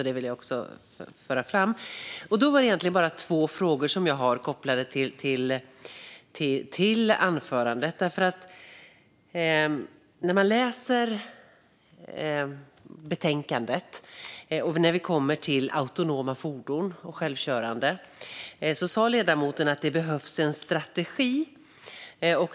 Det vill jag också föra fram. Jag har två frågor kopplade till anförandet. När det gäller autonoma fordon, alltså självkörande fordon, som också togs upp i anförandet, sa ledamoten att det behövs en strategi.